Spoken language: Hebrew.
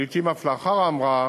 לעתים אף לאחר ההמראה,